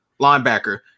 linebacker